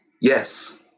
yes